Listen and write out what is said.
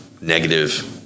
negative